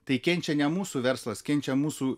tai kenčia ne mūsų verslas kenčia mūsų